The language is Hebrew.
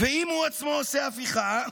ואם הוא עצמו עושה הפיכה,